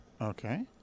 Okay